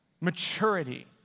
maturity